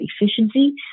efficiency